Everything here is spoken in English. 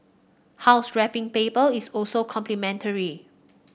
house wrapping paper is also complimentary